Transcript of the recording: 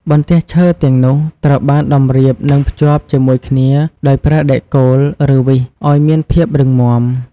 បន្ទះឈើទាំងនោះត្រូវបានតម្រៀបនិងភ្ជាប់ជាមួយគ្នាដោយប្រើ ដែកគោល ឬ វីស ឲ្យមានភាពរឹងមាំ។